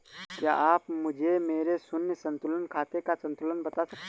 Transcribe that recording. क्या आप मुझे मेरे शून्य संतुलन खाते का संतुलन बता सकते हैं?